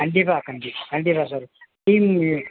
கண்டிப்பாக கண்டிப்பாக கண்டிப்பாக சார் டீம்